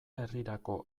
herrirako